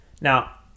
Now